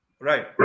Right